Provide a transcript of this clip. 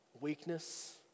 weakness